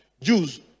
Jews